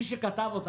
מי שכתב אותה